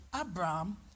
Abraham